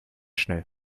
schnell